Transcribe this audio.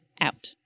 out